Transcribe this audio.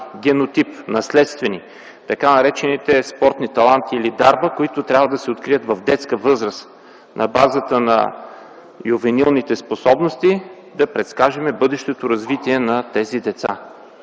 генотип, наследствени, така наречените спортни таланти или дарба, които трябва да се открият в детска възраст. На базата на ювенилните способности да предскажем бъдещото развитие на тези деца,